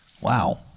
Wow